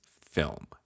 film